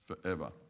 forever